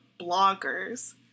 bloggers